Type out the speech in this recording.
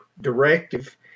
directive